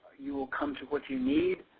you will come to what you need.